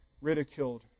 ridiculed